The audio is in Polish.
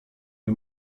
nie